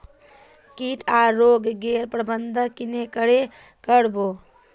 किट आर रोग गैर प्रबंधन कन्हे करे कर बो?